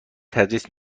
تدریس